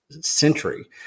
century